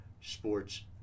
sports